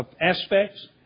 aspects